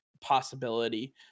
possibility